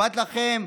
אכפת לכם?